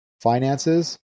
finances